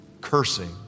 cursing